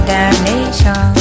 damnation